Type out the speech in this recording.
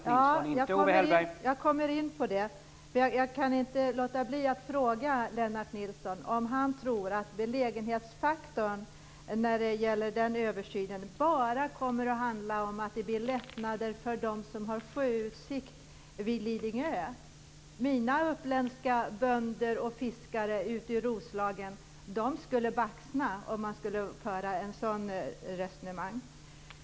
Herr talman! Jag kommer in på det. Jag kan inte låta bli att fråga Lennart Nilsson om han tror att belägenhetsfaktorn, när det gäller den översynen, bara kommer att handla om lättnader för dem som har sjöutsikt vid Lidingö. Mina bönder och fiskare i Roslagen skulle baxna om de hörde ett sådant resonemang.